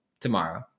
tomorrow